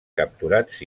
capturats